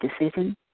decision